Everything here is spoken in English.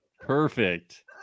Perfect